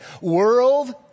World